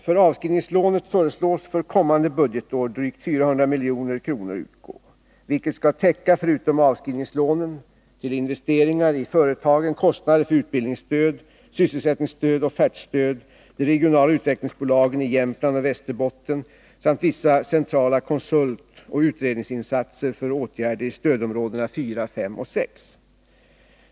För avskrivningslånet föreslås för kommande budgetår drygt 400 milj.kr. utgå. Detta skall täcka, förutom avskrivningslånen till investeringar i företagen, kostnader för utbildningsstöd, sysselsättningsstöd, offertstöd, de regionala utvecklingsbolagen i Jämtland och Västerbotten samt vissa centrala konsultoch utredningsinsatser för åtgärder i stödområdena 4, 5 och 6.